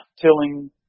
tilling